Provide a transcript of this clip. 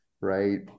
right